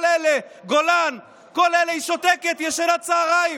כל אלה, גולן, כל אלה היא שותקת, ישנה צוהריים.